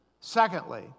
Secondly